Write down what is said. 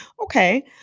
Okay